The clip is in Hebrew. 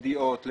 ידיעות,